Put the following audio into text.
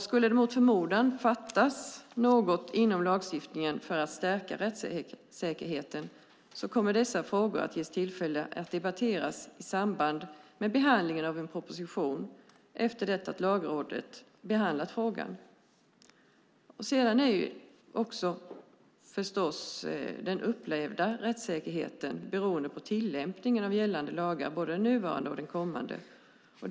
Skulle det mot förmodan fattas något inom lagstiftningen för att rättssäkerheten ska stärkas kommer det att ges tillfälle att debattera dessa frågor i samband med behandlingen av en proposition efter det att Lagrådet har behandlat frågan. Sedan är förstås den upplevda rättssäkerheten också beroende av tillämpningen av gällande lagar, både nuvarande och kommande.